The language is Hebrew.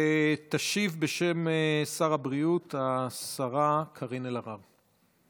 תשיב בשם שר הבריאות השרה קארין אלהרר.